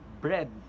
bread